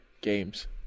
games